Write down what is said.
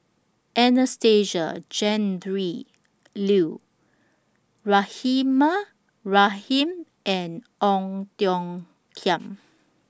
Anastasia Tjendri Liew Rahimah Rahim and Ong Tiong Khiam